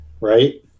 Right